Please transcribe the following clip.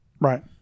Right